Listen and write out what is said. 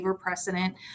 precedent